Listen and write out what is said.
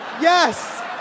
Yes